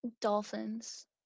Dolphins